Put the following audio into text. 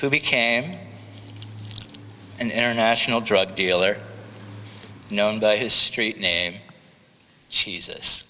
who became an international drug dealer known by his street name cheesus